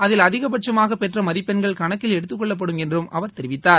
அதில் அதிகபட்சுமாக பெற்ற மதிப்பெண் கணக்கில் எடுத்துக்கொள்ளப்படும் என்றும் அவர் தெரிவித்தார்